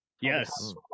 Yes